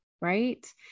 right